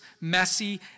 messy